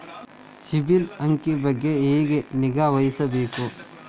ಸಿಬಿಲ್ ಅಂಕಿ ಬಗ್ಗೆ ಹೆಂಗ್ ನಿಗಾವಹಿಸಬೇಕು?